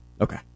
Okay